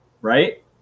right